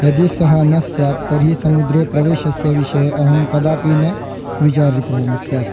यदि सः न स्यात् तर्हि समुद्रे प्रवेशस्य विषये अहं कदापि न विचारितवान् स्यात्